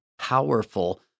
powerful